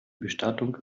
bestattung